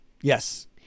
Yes